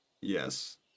Yes